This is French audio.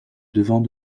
devant